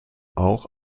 auch